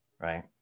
right